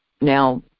now